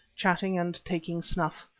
chatting and taking snuff.